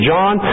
John